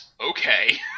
Okay